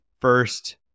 first